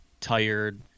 tired